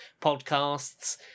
podcasts